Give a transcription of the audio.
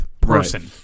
person